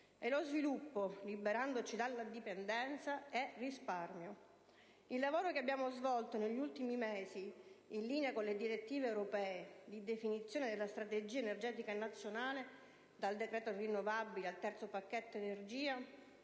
Lo sviluppo, liberandoci dalla dipendenza, è risparmio. Il lavoro che abbiamo svolto negli ultimi mesi, in linea con le direttive europee di definizione della strategia energetica nazionale, dal decreto sulle fonti rinnovabili al terzo pacchetto energia,